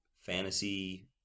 fantasy